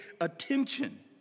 attention